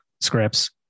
scripts